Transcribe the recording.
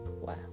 Wow